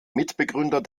mitbegründer